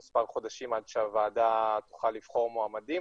מספר חודשים עד שהוועדה תוכל לבחור מועמדים,